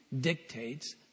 Dictates